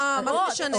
מה זה משנה?